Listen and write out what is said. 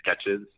sketches